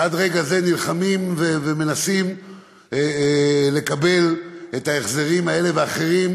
שעד רגע זה נלחמים ומנסים לקבל את ההחזרים האלה והאחרים